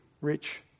rich